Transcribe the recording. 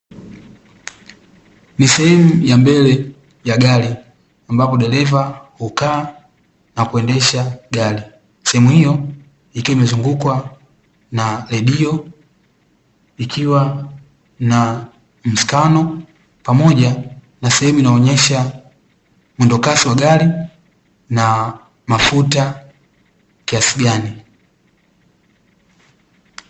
Ni sehemu ya mbele ya gari ambapo dereva hukaa na kuendesha gari, sehemu hiyo ikiwa imezungukwa na redio, ikiwa na msikano pamoja na sehemu inayoonyesha mwendokasi wa gari na mafuta kiasi gani.